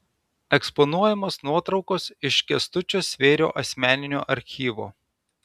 eksponuojamos nuotraukos iš kęstučio svėrio asmeninio archyvo